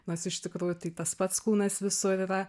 nors iš tikrųjų tai tas pats kūnas visur yra